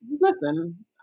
Listen